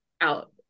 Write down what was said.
out